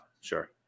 sure